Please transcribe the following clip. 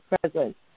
present